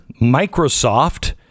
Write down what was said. Microsoft